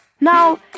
Now